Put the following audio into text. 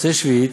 במוצאי שביעית,